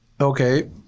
Okay